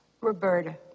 Roberta